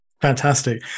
Fantastic